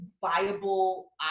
viable